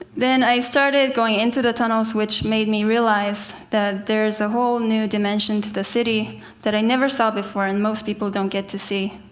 then i started going into the tunnels, which made me realize that there's a whole new dimension to the city that i never saw before and most people don't get to see.